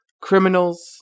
criminals